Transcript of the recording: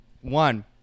one